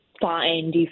fine